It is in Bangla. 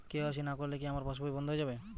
কে.ওয়াই.সি না করলে কি আমার পাশ বই বন্ধ হয়ে যাবে?